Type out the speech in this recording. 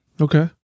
Okay